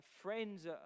Friends